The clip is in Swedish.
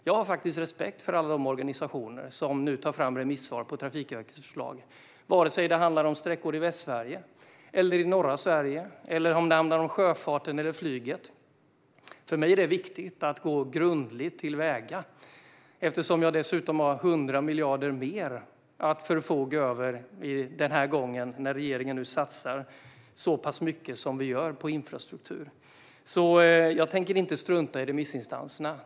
Jag har faktiskt respekt för alla de organisationer som nu tar fram remissvar på Trafikverkets förslag - vare sig det handlar om sträckor i Västsverige eller norra Sverige, vare sig det handlar om sjöfarten eller flyget. För mig är det viktigt att gå grundligt till väga, eftersom jag dessutom har 100 miljarder mer att förfoga över den här gången, när regeringen nu satsar så pass mycket som vi gör på infrastruktur. Jag tänker inte strunta i remissinstanserna.